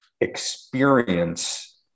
experience